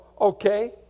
okay